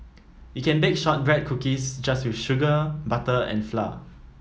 you can bake shortbread cookies just with sugar butter and flour